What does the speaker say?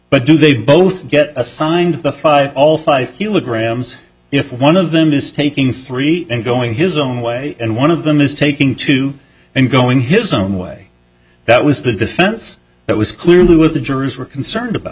but do they both get assigned the five all five milligrams if one of them is taking three and going his own way and one of them is taking two and going his own way that was the defense that was clearly what the jurors were concerned about